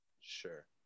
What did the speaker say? sure